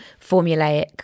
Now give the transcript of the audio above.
formulaic